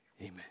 amen